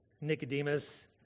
Nicodemus